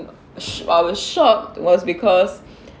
I was shocked was because